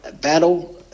battle